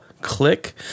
click